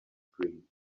dream